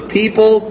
people